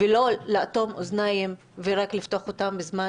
-- ולא לאטום אוזניים ולפתוח אותם רק בזמן